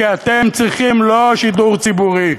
כי אתם צריכים לא שידור ציבורי,